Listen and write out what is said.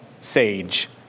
Sage